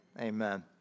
amen